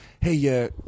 Hey